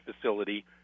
facility